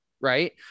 right